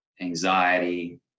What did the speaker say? anxiety